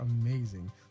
amazing